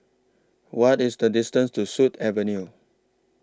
What IS The distance to Sut Avenue